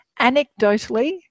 anecdotally